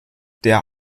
der